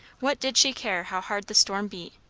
what did she care how hard the storm beat?